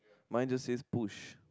mine just say push